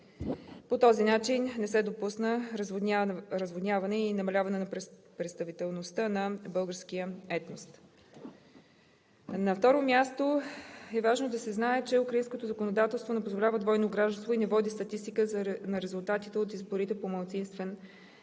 По този начин не се допусна разводняване и намаляване на представителността на българския етнос. На второ място, е важно да се знае, че украинското законодателство не позволява двойно гражданство и не води статистика на резултатите от изборите по малцинствен етнически